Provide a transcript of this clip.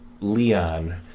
Leon